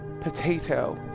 potato